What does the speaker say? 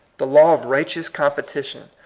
the law of righteous competition.